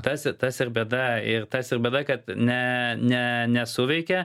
tas tas ir bėda ir tas ir bėda kad ne ne nesuveikia